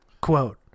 quote